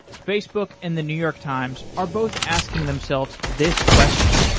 facebook and the new york times are both asking themselves this question.